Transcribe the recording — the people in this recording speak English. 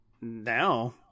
Now